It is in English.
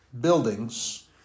buildings